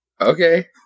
Okay